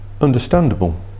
understandable